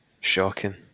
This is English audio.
Shocking